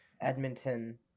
Edmonton